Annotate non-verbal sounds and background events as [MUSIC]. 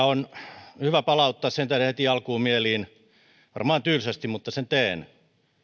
[UNINTELLIGIBLE] on hyvä palauttaa sen tähden heti alkuun mieliin varmaan tylsästi mutta sen teen